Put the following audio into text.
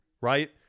Right